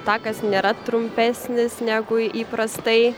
takas nėra trumpesnis negu įprastai